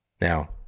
Now